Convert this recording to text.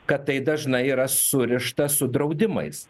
kad tai dažnai yra surišta su draudimais